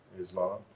Islam